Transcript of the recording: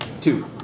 Two